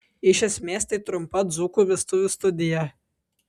iš esmės tai trumpa dzūkų vestuvių studija